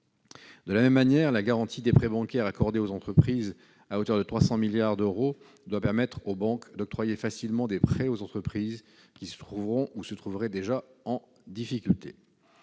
De la même manière, la garantie des prêts bancaires accordés aux entreprises à hauteur de 300 milliards d'euros doit permettre aux banques d'octroyer facilement des prêts aux entreprises qui se trouveront ou se trouveraient déjà en difficulté.